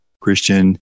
Christian